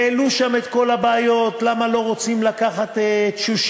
והעלו שם את כל הבעיות: למה לא רוצים לקחת תשושים,